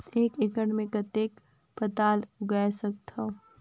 एक एकड़ मे कतेक पताल उगाय सकथव?